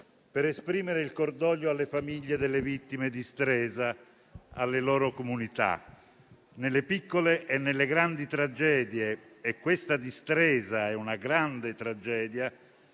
per esprimere il cordoglio alle famiglie delle vittime di Stresa e alle loro comunità. Nelle piccole e nelle grandi tragedie - e questa di Stresa è una grande tragedia